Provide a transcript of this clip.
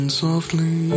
softly